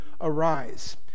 arise